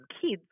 kids